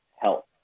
health